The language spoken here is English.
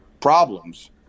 problems